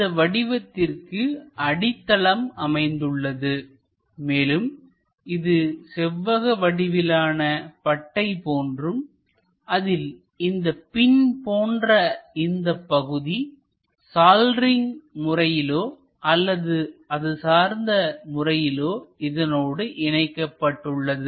இந்த வடிவத்திற்கு அடித்தளம் அமைந்துள்ளது மேலும் இது செவ்வக வடிவிலான பட்டை போன்றும் அதில் இந்த பின் போன்ற இந்தப் பகுதி சால்டரிங் முறையிலோ அல்லது அதுசார்ந்த முறையிலோ இதனோடு இணைக்கப்பட்டுள்ளது